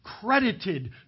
credited